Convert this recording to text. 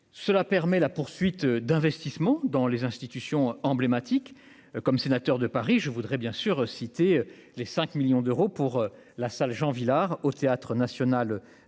cela permet la poursuite d'investissements dans les institutions emblématiques comme sénateur de Paris, je voudrais bien sûr citer les 5 millions d'euros pour la salle Jean Vilar au Théâtre national de